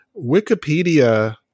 Wikipedia